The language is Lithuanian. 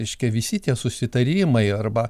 reiškia visi tie susitarimai arba